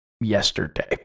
yesterday